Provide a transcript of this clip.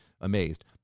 amazed